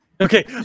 Okay